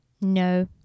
No